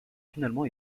finalement